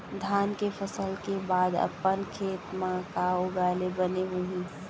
धान के फसल के बाद अपन खेत मा का उगाए ले बने होही?